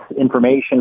information